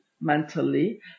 mentally